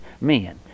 men